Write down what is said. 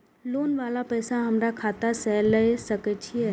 Loan वाला पैसा हमरा खाता से लाय सके छीये?